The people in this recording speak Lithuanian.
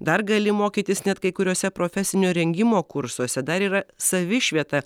dar gali mokytis net kai kuriuose profesinio rengimo kursuose dar yra savišvieta